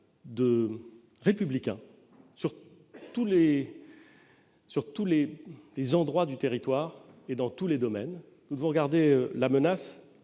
républicain. En tous points du territoire et dans tous les domaines, nous devons regarder la menace